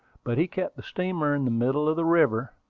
but he kept the steamer in the middle of the river,